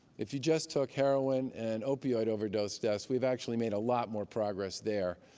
if you just took heroin and opioid overdose deaths, we've actually made a lot more progress there.